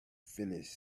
finish